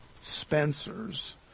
Spencer's